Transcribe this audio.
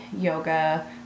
yoga